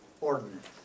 ordinance